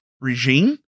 regime